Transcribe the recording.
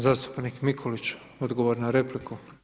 Zastupnik Mikulić, odgovor na repliku.